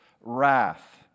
wrath